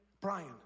Brian